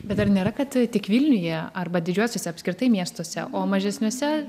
bet ar nėra kad tik vilniuje arba didžiuosiuose apskritai miestuose o mažesniuose